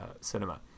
cinema